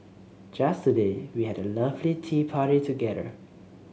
just today we had a lovely tea party together